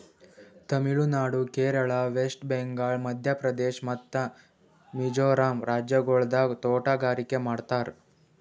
Tamil Nadu, Kerala, West Bengal, Madhya Pradesh ಮತ್ತ ಮಿಜೋರಂ ರಾಜ್ಯಗೊಳ್ದಾಗ್ ತೋಟಗಾರಿಕೆ ಮಾಡ್ತಾರ್